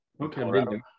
okay